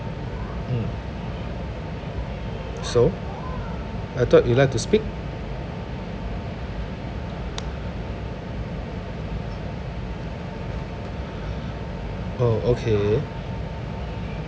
mm so I thought you'd like to speak oh okay